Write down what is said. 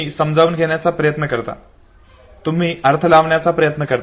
तुम्ही समजून घेण्याचा प्रयत्न करता तुम्ही अर्थ लावण्याचा प्रयत्न करता